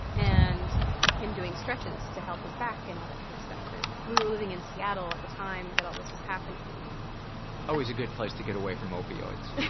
and him doing stretches to help his back and all that kind of stuff. and we were living in seattle at the time that all this was happening paul and always a good place to get away from opioids.